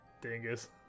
dingus